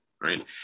right